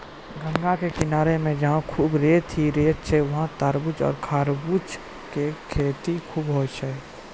गंगा के किनारा मॅ जहां खूब रेत हीं रेत छै वहाँ तारबूज आरो खरबूजा के खेती खूब होय छै